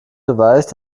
beweist